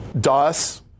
DOS